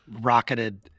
rocketed